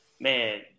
man